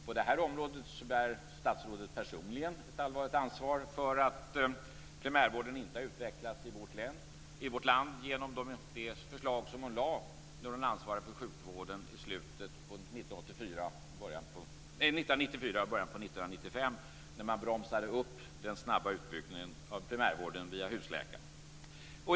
På det här området bär statsrådet personligen ett allvarligt ansvar för att primärvården inte har utvecklats i vårt land genom de förslag som hon lade fram när hon ansvarade för sjukvården i slutet av 1994 och början på 1995 när man bromsade upp den snabba utbyggnaden av primärvården via husläkare. Fru talman!